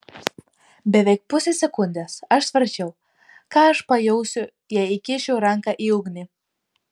beveik pusę sekundės aš svarsčiau ką aš pajausiu jei įkišiu ranką į ugnį